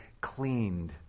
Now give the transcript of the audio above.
cleaned